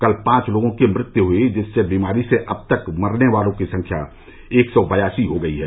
कल पांच लोगों की मृत्यु हुयी जिससे बीमारी से अब तक मरने वालों की संख्या एक सौ बयासी हो गई है